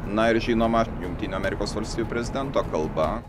na ir žinoma jungtinių amerikos valstijų prezidento kalba